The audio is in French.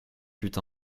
fut